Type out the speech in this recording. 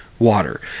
water